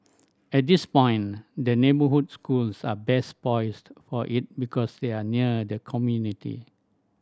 at this point the neighbourhood schools are best poised for it because they are near the community